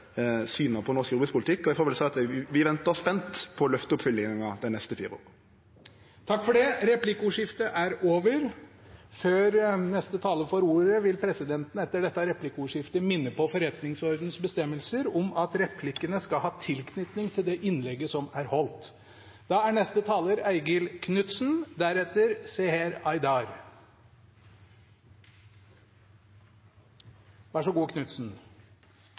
på norsk jordbrukspolitikk. Eg får vel seie at vi ventar spent på løfteoppfyllinga dei neste fire åra. Replikkordskiftet er over. Før neste taler får ordet, vil presidenten etter dette replikkordskiftet minne om forretningsordenens bestemmelse om at replikkene skal ha tilknytning til det innlegget som er holdt.